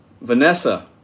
Vanessa